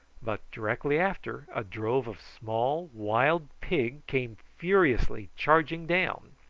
but, directly after, a drove of small wild pig came furiously charging down.